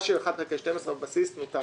מה שהוא 1/12 בבסיס ניתן.